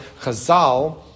Chazal